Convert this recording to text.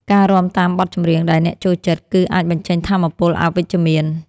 ការរាំតាមបទចម្រៀងដែលអ្នកចូលចិត្ត គឺអាចបញ្ចេញថាមពលអវិជ្ជមាន។